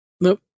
Nope